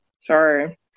sorry